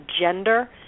gender